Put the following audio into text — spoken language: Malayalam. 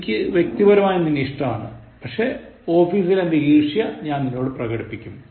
എനിക്ക് വ്യക്തിപരമായി നിന്നെ ഇഷ്ടമാണ് പക്ഷേ ഓഫീസിൽ എന്റെ ഈർഷ്യ ഞാൻ നിന്നോട് പ്രകടിപ്പിക്കും